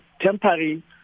temporary